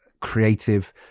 creative